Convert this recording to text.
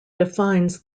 defines